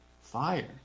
fire